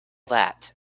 that